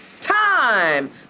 time